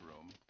room